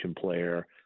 player